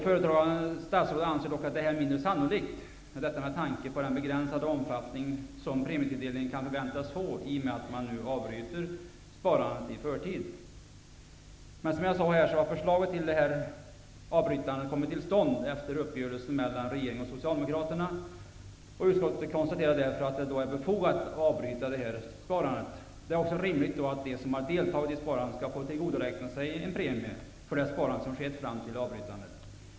Föredragande statsrådet anser dock att det är mindre sannolikt, med tanke på den begränsade omfattning som premietilldelningen kan förväntas få i och med att sparandet nu avbryts i förtid. Förslaget till avbrytande har alltså kommit till stånd efter uppgörelsen mellan regeringen och Socialdemokraterna. Utskottet konstaterar därför att det är befogat att avbryta sparandet. Det är också rimligt att de som har deltagit i sparandet skall få tillgodoräkna sig en premie för det sparande som skett fram till avbrytandet.